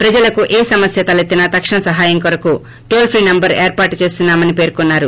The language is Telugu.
ప్రజలకు ఏ సమస్య తలెత్తినా తక్షణ సహాయం కొరకు టోల్ ఫ్రీ సెంబరు ఏర్పాటు చేస్తున్నా మని పేర్కొన్నారు